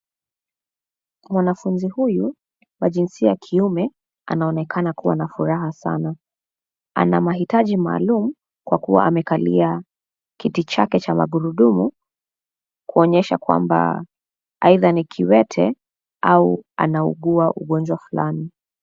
Mwanafunzi huyu, wa jinsia ya kiume, anaonekana kuwa na furaha sana, ana mahitaji maalum, kwa kuwa amekalia, kiti chake cha magurudumu, kuonyesha kwamba, aidha ni kiwete, au anaugua ugonjwa fulani.